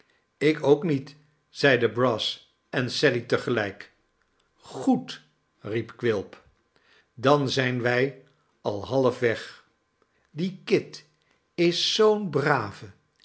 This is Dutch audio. ik ook niet zeiden brass en sally te gelijk goed t riep quilp dan zip wij al halfweg die kit is zoo'n brave